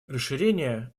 расширение